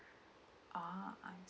ah